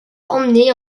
emmener